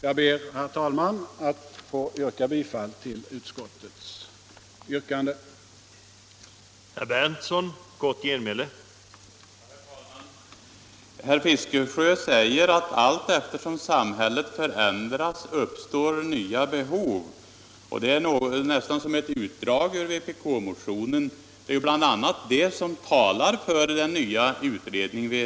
Jag ber, herr talman, att få yrka bifall till utskottets hemställan.